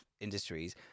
industries